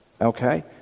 okay